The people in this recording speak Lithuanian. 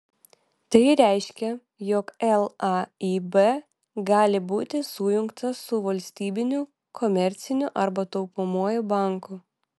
tai reiškia jog laib gali būti sujungtas su valstybiniu komerciniu arba taupomuoju banku